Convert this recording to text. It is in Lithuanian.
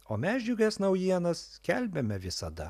o mes džiugias naujienas skelbiame visada